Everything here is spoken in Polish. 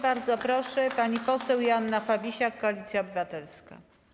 Bardzo proszę, pani poseł Joanna Fabisiak, Koalicja Obywatelska.